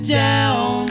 down